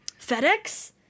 FedEx